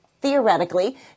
theoretically